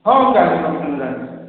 ହଁ ମୁଁ ଜାଣିପାରିଲି ମୁଁ ଜାଣିଲି